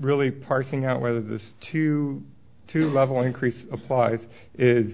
really parsing out whether this two to level increase applies is